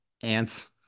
ants